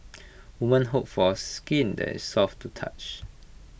women hope for A skin that is soft to touch